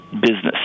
business